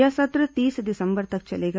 यह सत्र तीस दिसंबर तक चलेगा